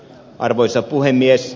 arvoisa puhemies